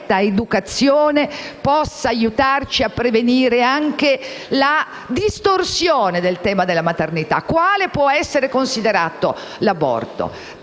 educazione possa aiutarci a prevenire una distorsione del tema della maternità, quale può essere considerato l'aborto.